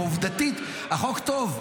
עובדתית החוק טוב,